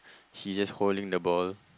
he just holding the ball